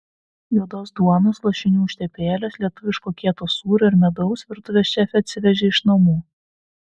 juodos duonos lašinių užtepėlės lietuviško kieto sūrio ir medaus virtuvės šefė atsivežė iš namų